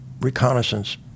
reconnaissance